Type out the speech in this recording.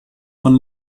von